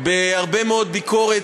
בהרבה מאוד ביקורת,